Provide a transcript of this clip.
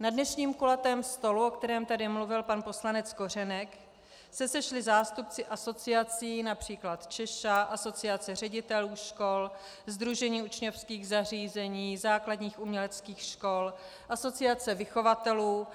Na dnešním kulatém stolu, o kterém tady mluvil pan poslanec Kořenek, se sešli zástupci asociací, například CZESCHA, asociace ředitelů škol, sdružení učňovských zařízení, základních uměleckých škol, asociace vychovatelů,